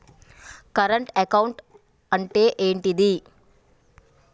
Current account అంటే ఏంటిది?